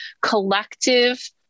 collective